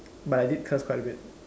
but I did curse quite a bit